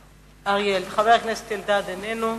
חבר הכנסת אלדד, איננו.